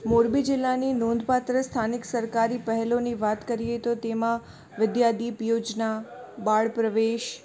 મોરબી જિલ્લાની નોંધપાત્ર સ્થાનિક સરકારી પહેલોની વાત કરીએ તો તેમાં વિદ્યાદીપ યોજના બાળ પ્રવેશ